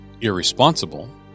irresponsible